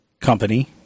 company